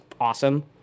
awesome